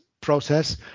process